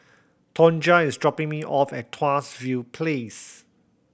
Tonja is dropping me off at Tuas View Place